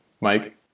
Mike